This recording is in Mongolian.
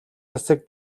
засаг